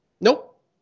Nope